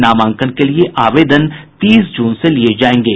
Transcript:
नामांकन के लिए आवेदन तीस जून से लिये जायेंगे